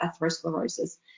atherosclerosis